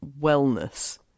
wellness